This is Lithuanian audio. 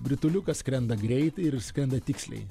rituliukas skrenda greit ir jis skrenda tiksliai